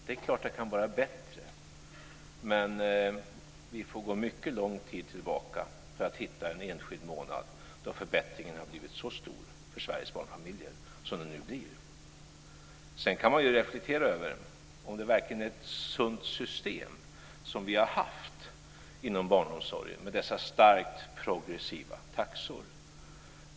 Det är klart att det kunde vara bättre, men vi får gå mycket långt tillbaka för att hitta en enskild månad då förbättringen har blivit så stor för Sveriges barnfamiljer som den nu blir. Sedan kan man ju reflektera över om det verkligen är ett sunt system som vi har haft inom barnomsorgen med dessa starkt progressiva taxor.